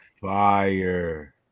fire